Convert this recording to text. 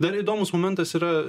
dar įdomus momentas yra